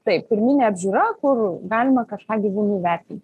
taip pirminė apžiūra kur galima kažką gyvūnui vertint